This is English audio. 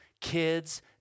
kids